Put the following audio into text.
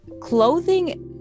clothing